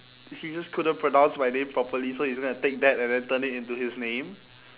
he just couldn't pronounce my name properly so he's gonna take that and then turn it into his name